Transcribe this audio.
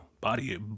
body